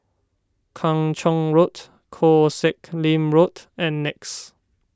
Kung Chong Road Koh Sek Lim Road and Nex